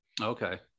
Okay